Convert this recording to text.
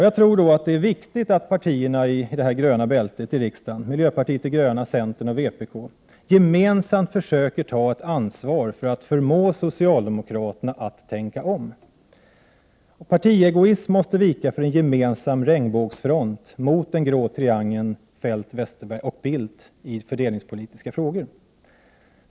Jag tror det är viktigt att det gröna bältet i riksdagen — miljöpartiet de gröna, centern och vpk — gemensamt försöker ta ett ansvar för att förmå socialdemokraterna att tänka om. Partiegoismen måste vika för en gemensam regnbågsfront mot den grå triangeln Feldt Westerberg-Bildt i fördelningspolitiska frågor.